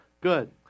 Good